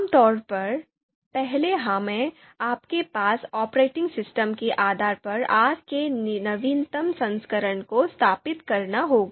आमतौर पर पहले हमें आपके पास ऑपरेटिंग सिस्टम के आधार पर R के नवीनतम संस्करण को स्थापित करना होगा